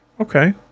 Okay